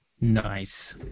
Nice